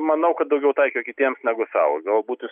manau kad daugiau taikė kitiems negu sau galbūt jis